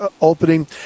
opening